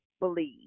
believe